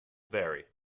vary